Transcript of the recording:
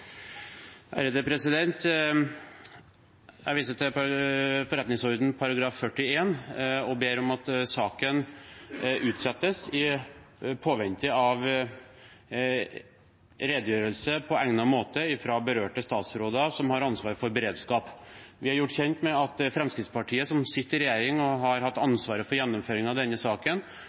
Jeg viser til Stortingets forretningsordens § 41 og ber om at saken utsettes i påvente av redegjørelser på egnet måte fra berørte statsråder som har ansvar for beredskap. Vi er gjort kjent med at Fremskrittspartiet, som sitter i regjering og har hatt ansvaret for gjennomføringen av denne saken,